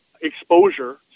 exposure